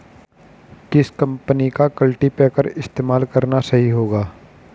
किस कंपनी का कल्टीपैकर इस्तेमाल करना सही होगा?